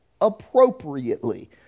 appropriately